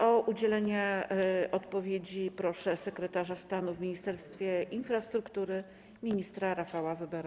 O udzielenie odpowiedzi proszę sekretarza stanu w Ministerstwie Infrastruktury ministra Rafała Webera.